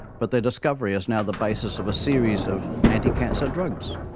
but their discovery is now the basis of a series of anti-cancer drugs.